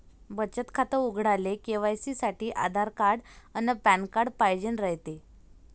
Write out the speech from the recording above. बचत खातं उघडाले के.वाय.सी साठी आधार अन पॅन कार्ड पाइजेन रायते